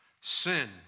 sin